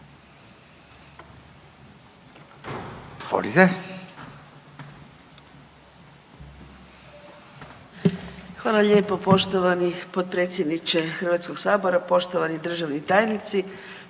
Hvala lijepa poštovani predsjedniče Hrvatskoga sabora, poštovani zastupnice